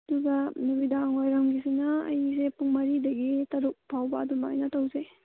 ꯑꯗꯨꯒ ꯅꯨꯃꯤꯗꯥꯡ ꯋꯥꯏꯔꯝꯒꯤꯁꯤꯅ ꯑꯩꯁꯦ ꯄꯨꯡ ꯃꯔꯤꯗꯒꯤ ꯇꯔꯨꯛ ꯐꯥꯎꯕ ꯑꯗꯨꯃꯥꯏꯅ ꯇꯧꯖꯩ